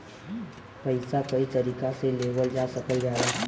पइसा कई तरीका से लेवल जा सकल जाला